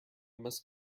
must